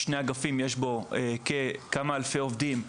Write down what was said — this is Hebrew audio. בשני אגפים יש בו כמה אלפי עובדים,